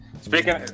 speaking